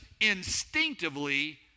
instinctively